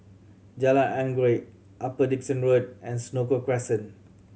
Jalan Anggerek Upper Dickson Road and Senoko Crescent